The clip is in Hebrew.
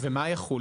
מה יחול?